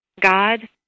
God